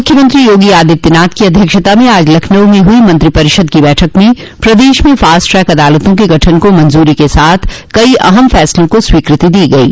मुख्यमंत्री योगी आदित्यनाथ की अध्यक्षता में आज लखनऊ में हुई मंत्रिपरिषद की बैठक में प्रदेश में फास्ट ट्रैक अदालतों के गठन को मंजूरी के साथ कई अहम फैसलों को स्वीकृति दी गयी